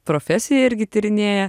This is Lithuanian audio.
profesija irgi tyrinėja